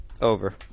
Over